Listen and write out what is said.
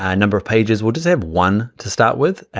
ah number of pages. we'll just have one to start with.